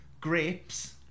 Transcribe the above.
grapes